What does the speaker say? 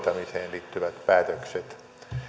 liittyvät päätökset